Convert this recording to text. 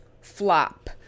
flop